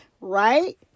right